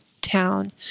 town